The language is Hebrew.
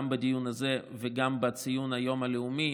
גם הדיון הזה וגם ציון היום הלאומי,